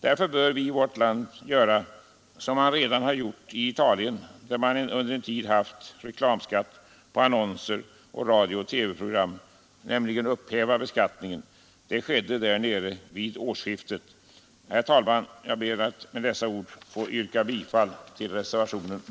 Därför bör vi här i vårt land göra som man redan har gjort i Italien, där man under en tid haft reklamskatt på annonser och på radiooch TV-program, nämligen upphäva beskattningen. Det skedde där nera vid årsskiftet. Herr talman! Jag ber med dessa ord att få yrka bifall till reservationen